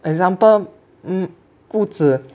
example um 屋子